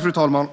Fru talman!